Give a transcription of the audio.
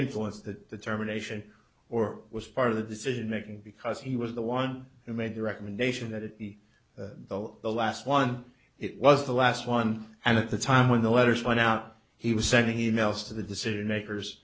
influenced that terminations or was part of the decision making because he was the one who made the recommendation that he will the last one it was the last one and at the time when the letters went out he was sending emails to the decision makers